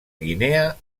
guinea